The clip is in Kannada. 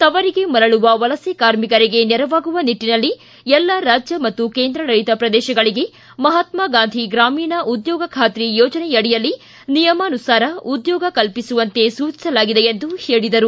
ತವರಿಗೆ ಮರಳುವ ವಲಸೆ ಕಾರ್ಮಿಕರಿಗೆ ನೆರವಾಗುವ ನಿಟ್ಲನಲ್ಲಿ ಎಲ್ಲ ರಾಜ್ಯ ಮತ್ತು ಕೇಂದ್ರಾಡಳಿತ ಪ್ರದೇಶಗಳಿಗೆ ಮಹಾತ್ನಾಗಾಂಧಿ ಗ್ರಾಮೀಣ ಉದ್ಯೋಗ ಬಾತ್ರಿ ಯೋಜನೆಯಡಿಯಲ್ಲಿ ನಿಯಮಾನುಸಾರ ಉದ್ಯೋಗ ಕಲ್ಪಿಸುವಂತೆ ಸೂಚಿಸಲಾಗಿದೆ ಎಂದು ಹೇಳಿದರು